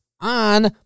on